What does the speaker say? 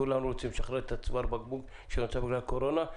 כולנו רוצים לשחרר את צוואר הבקבוק שנוצר בגלל הקורונה.